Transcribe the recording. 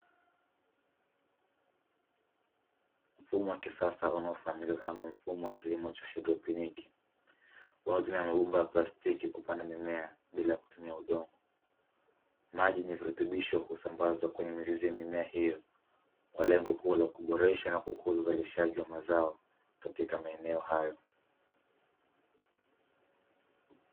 Mfumo wa kisasa unaofahamika kama mfumo wa haidroponi unaotumia mabomba ya plastiki kupanda mimea bila kutumia udongo, maji ni virutubisho husambazwa kwenye mizizi ya miimea hiyo kwa lengo kuu la kuboresha na kukuza uzalishaji wa mazao katika maeneo hayo.